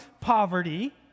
poverty